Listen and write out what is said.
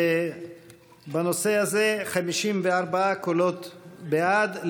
בנושא הזה 54 קולות בעד,